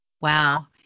Wow